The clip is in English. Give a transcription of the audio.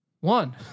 One